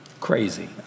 crazy